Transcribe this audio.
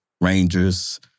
Rangers